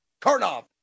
Karnov